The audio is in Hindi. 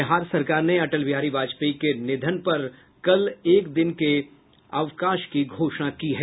बिहार सरकार ने अटल बिहारी वाजपेयी के निधन पर कल एक दिन के अवकाश की घोषणा की है